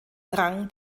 rang